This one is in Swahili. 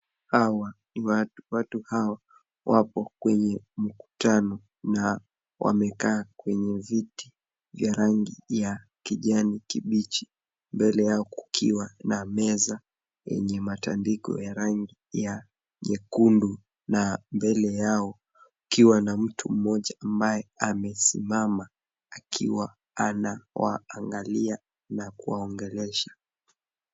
Hawa ni watu. Watu hawa wapo kwenye mkutano na wamekaa kwenye viti vya rangi ya kijani kibichi mbele yao kukiwa na meza yenye matandiko ya rangi ya nyekundu na mbele yao kukiwa na mtu mmoja ambaye amesimama akiwa anawaangalia na kuwaongelesha.